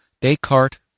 Descartes